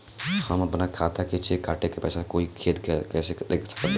हम अपना खाता से चेक काट के पैसा कोई के कैसे दे सकत बानी?